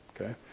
Okay